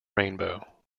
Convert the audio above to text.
rainbow